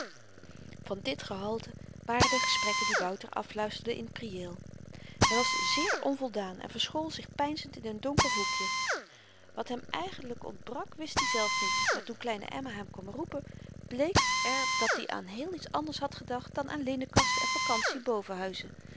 van dit gehalte waren de gesprekken die wouter afluisterde in t prieel hy was zeer onvoldaan en verschool zich peinzend in n donker hoekje wat hem eigenlyk ontbrak wist i zelf niet maar toen kleine emma hem kwam roepen bleek er dat-i aan heel iets anders had gedacht dan aan linnenkasten en